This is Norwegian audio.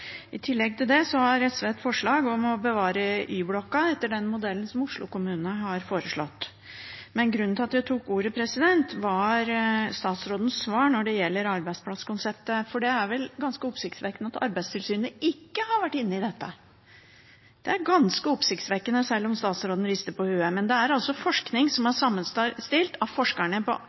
har SV et forslag om å bevare Y-blokka etter den modellen som Oslo kommune har foreslått. Grunnen til at jeg tok ordet, var statsrådens svar når det gjelder arbeidsplasskonseptet, for det er vel ganske oppsiktsvekkende at Arbeidstilsynet ikke har vært inne i dette. Det er ganske oppsiktsvekkende, selv om statsråden rister på hodet. Men forskning sammenstilt av forskere ved Arbeidstilsynet, Folkehelseinstituttet, Universitetet i Oslo og Statens arbeidsmiljøinstitutt viser altså